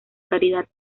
caridad